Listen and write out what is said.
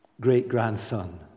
great-grandson